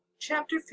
Chapter